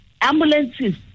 ambulances